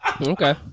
Okay